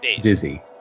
dizzy